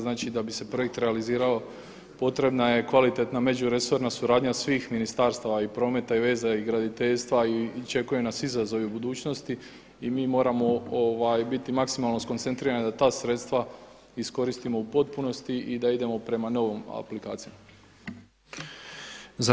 Znači da bi se projekt realizirao potrebna je kvalitetna međuresorna suradnja svih ministarstava i prometa i veza i graditeljstva i očekuju nas izazovi u budućnosti i moramo biti maksimalno skoncentrirani da ta sredstva iskoristimo u potpunosti i da idemo prema novim aplikacijama.